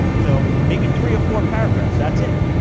so, maybe three or four paragraphs. that's it.